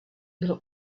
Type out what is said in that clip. byl